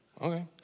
Okay